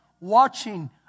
watching